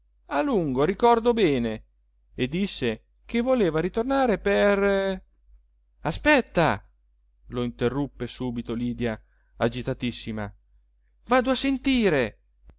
a lungo ricordo bene e disse che voleva ritornare per aspetta lo interruppe subito lydia agitatissima vado a sentire